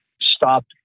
stop